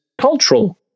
cultural